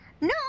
No